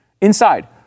inside